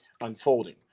unfolding